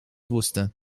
wusste